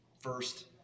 first